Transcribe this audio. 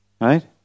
Right